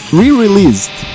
re-released